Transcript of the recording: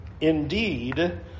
Indeed